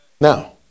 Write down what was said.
Now